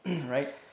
right